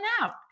out